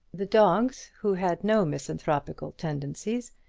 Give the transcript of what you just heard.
the dogs, who had no misanthropical tendencies,